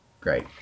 Great